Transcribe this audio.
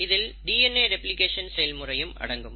இதில் DNA replication செயல்முறை அடங்கும்